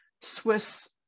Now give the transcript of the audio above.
Swiss